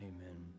Amen